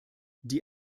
die